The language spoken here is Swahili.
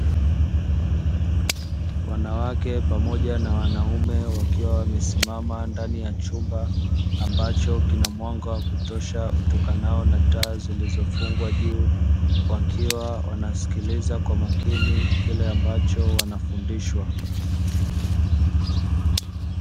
Wanawake pamoja na wanaume wakiwa wamesimama ndani ya chumba ambacho kina mwanga wa kutosha utokanao na taa zilizofungwa juu, wakiwa wanasikiliza kwa makini kile ambacho wanafundishwa.